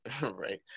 right